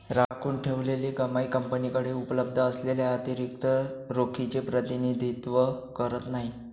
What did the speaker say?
राखून ठेवलेली कमाई कंपनीकडे उपलब्ध असलेल्या अतिरिक्त रोखीचे प्रतिनिधित्व करत नाही